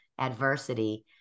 adversity